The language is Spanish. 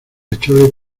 chole